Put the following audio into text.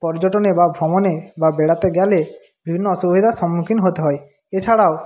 পর্যটনে বা ভ্রমণে বা বেড়াতে গেলে বিভিন্ন অসুবিধার সম্মুখীন হতে হয় এছাড়াও